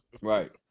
Right